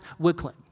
Wicklin